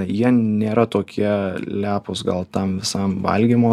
jie nėra tokie lepūs gal tam visam valgymo